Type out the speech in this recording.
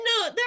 no